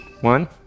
one